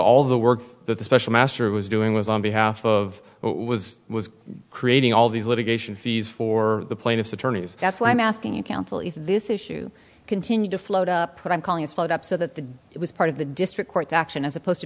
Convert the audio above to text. all the work that the special master was doing was on behalf of was was creating all these litigation fees for the plaintiff's attorneys that's why i'm asking you counsel if this issue continued to float up what i'm calling is followed up so that it was part of the district court action as opposed to